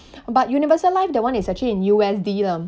but universal life that one is actually in U_S_D um